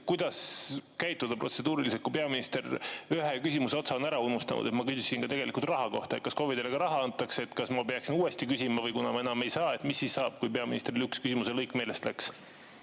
Kuidas käituda protseduuriliselt, kui peaminister ühe küsimuse otsa ära unustab? Ma küsisin ka raha kohta, kas KOV‑idele ka raha antakse. Kas ma peaksin uuesti küsima või kuna ma seda teha ei saa, siis mis saab, kui peaministril üks küsimuse lõik meelest läks?